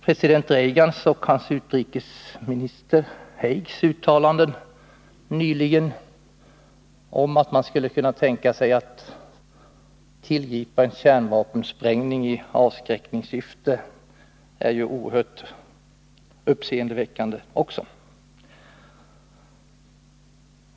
President Reagans och hans utrikesminister Haigs uttalanden nyligen om att man skulle kunna tänka sig att tillgripa en kärnvapensprängning i avskräckningssyfte är ju även oerhört uppseendeväckande.